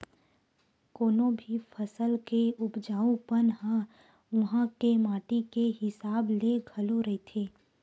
कोनो भी फसल के उपजाउ पन ह उहाँ के माटी के हिसाब ले घलो रहिथे